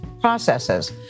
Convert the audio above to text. processes